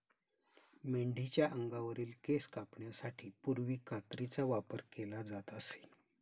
मेंढीच्या अंगावरील केस कापण्यासाठी पूर्वी कात्रीचा वापर केला जात असे